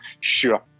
sure